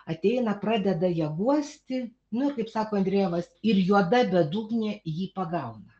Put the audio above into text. ateina pradeda ją guosti nu ir kaip sako andrejevas ir juoda bedugnė jį pagauna